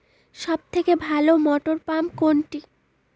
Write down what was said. সবথেকে ভালো মটরপাম্প কোনটি?